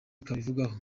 bubivugaho